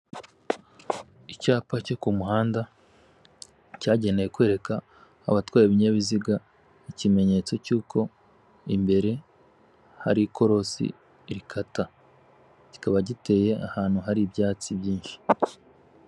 Icyapa cyo ku muhanda cyagenewe kwereka abatwaye ibinyabiziga ikimenyetso cy'uko imbere hari ikorosi, rikata kikaba giteye ahantu hari ibyatsi byinshi.